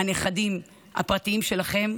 הנכדים הפרטיים שלכן,